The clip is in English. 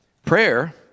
Prayer